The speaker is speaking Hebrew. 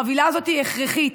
החבילה הזאת היא הכרחית,